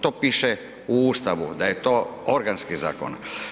To piše u Ustavu, da je to organski zakon.